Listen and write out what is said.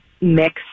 mix